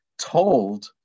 told